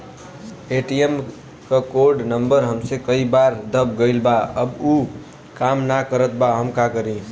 ATM क code number हमसे कई बार दब गईल बा अब उ काम ना करत बा हम का करी?